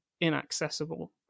inaccessible